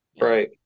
Right